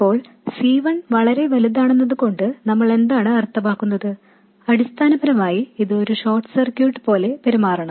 ഇപ്പോൾ C 1 വളരെ വലുതാണെന്നതു കൊണ്ട് നമ്മൾ എന്താണ് അർത്ഥമാക്കുന്നത് അടിസ്ഥാനപരമായി ഇത് ഒരു ഷോർട്ട് സർക്യൂട്ട് പോലെ പെരുമാറണം